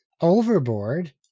Overboard